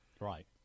right